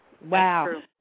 Wow